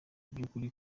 by’ukuri